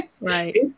Right